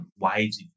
waves